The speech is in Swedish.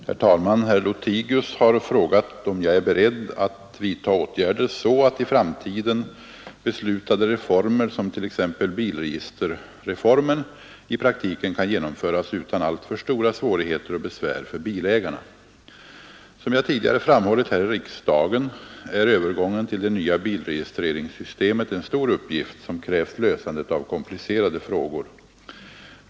Herr talman! Herr Lothigius har frågat om jag är beredd att vidta åtgärder så att i framtiden beslutade reformer som t.ex. bilregisterreformen i praktiken kan genomföras utan alltför stora svårigheter och besvär för bilägarna. Som jag tidigare framhållit här i riksdagen är övergången till det nya bilregistreringssystemet en stor uppgift som krävt lösandet av komplicerade frågor.